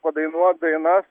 padainuot dainas